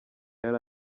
yari